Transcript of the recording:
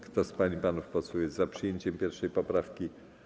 Kto z pań i panów posłów jest za przyjęciem 1. poprawki?